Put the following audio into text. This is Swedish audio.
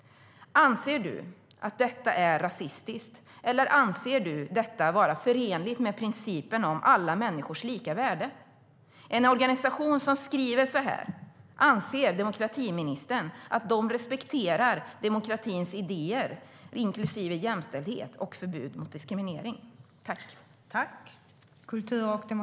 Anser du att detta är rasistiskt, eller anser du detta vara förenligt med principen om alla människors lika värde? En organisation som skriver så här - anser demokratiministern att de respekterar demokratins idéer, inklusive jämställdhet och förbud mot diskriminering?